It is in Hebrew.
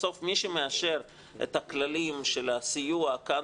בסוף מי שמאשר את הכללים של הסיוע כאן